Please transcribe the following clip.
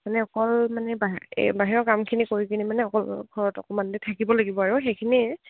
মানে অকল মানে এই বাহিৰৰ কামখিনি কৰি পিনে মানে অকল ঘৰত অকমান দেৰি থাকিব লাগিব আৰু সেইখিনিয়ে